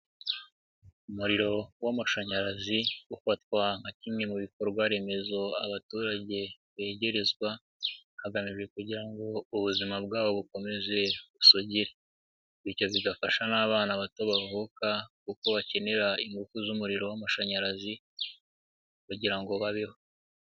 Umuriro w'amashanyarazi ufatwa nka kimwe mu bikorwa remezo abaturage begerezwa, hagamijwe kugira ngo ubuzima bwabo bukomeze busugire, bityo zigafasha n'abana bato bavuka kuko bakenera ingufu z'umuriro w'amashanyarazi kugira ngo babeho.